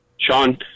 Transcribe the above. Sean